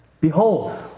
behold